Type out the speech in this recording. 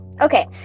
Okay